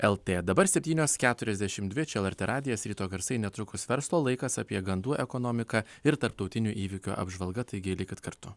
lt dabar septynios keturiasdešimt dvi čia lrt radijas ryto garsai netrukus verslo laikas apie gandų ekonomiką ir tarptautinių įvykių apžvalga taigi likit kartu